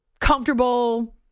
comfortable